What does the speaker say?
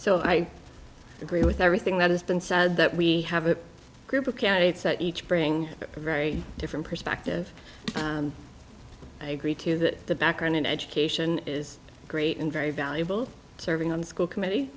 so i agree with everything that has been said that we have a group of candidates that each bring a very different perspective i agree to that the background in education is great and very valuable serving on the school committee